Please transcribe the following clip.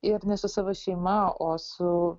ir ne su savo šeima o su